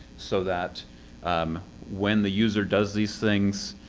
so that um when the user does these things,